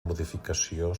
modificació